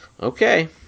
Okay